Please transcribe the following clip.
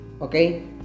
Okay